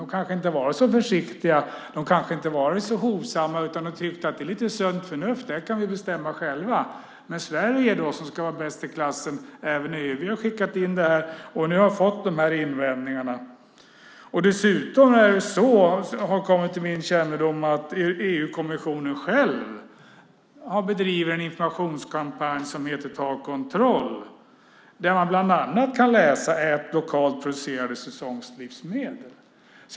De kanske inte har varit så försiktiga. De kanske inte har varit så hovsamma utan har tyckt att med lite sunt förnuft kan man bestämma det själv. Sverige som ska vara bäst i klassen har skickat in det här och har nu fått de här invändningarna. Dessutom har det kommit till min kännedom att EU-kommissionen själv har bedrivit en informationskampanj som heter Ta kontroll! Där kan man bland annat läsa: Ät lokalt producerade säsongslivsmedel!